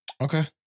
Okay